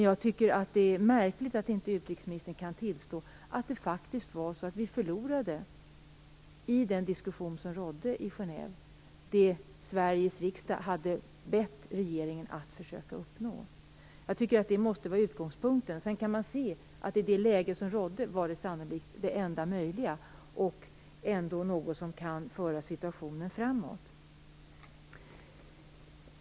Jag tycker dock att det är märkligt att utrikesministern inte kan tillstå att vi faktiskt förlorade i den diskussion som fördes i Genève och inte uppnådde det som Sveriges riksdag hade bett regeringen att försöka åstadkomma. Jag tycker att det måste vara utgångspunkten. Sedan kan man se att beslutet i det läge som rådde sannolikt var det enda möjliga och ändå kan föra situationen framåt.